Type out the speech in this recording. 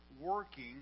working